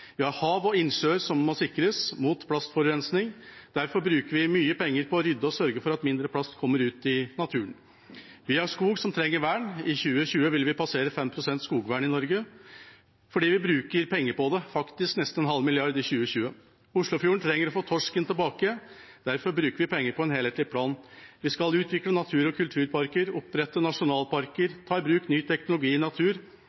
Vi har hav og innsjøer som må sikres mot plastforurensning, derfor bruker vi mye penger på å rydde og sørge for at mindre plast kommer ut i naturen. Vi har skog som trenger vern. I 2020 vil vi passere 5 pst. skogvern i Norge fordi vi bruker penger på det, faktisk nesten en halv milliard i 2020. Oslofjorden trenger å få torsken tilbake, derfor bruker vi penger på en helhetlig plan. Vi skal utvikle natur- og kulturparker, opprette nasjonalparker, ta i bruk ny teknologi i natur,